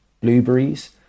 blueberries